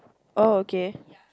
oh okay